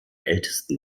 ältesten